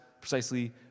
precisely